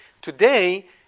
Today